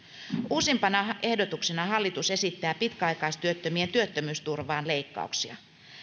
uusimpana ehdotuksena hallitus esittää pitkäaikaistyöttömien työttömyysturvaan leikkauksia